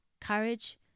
Courage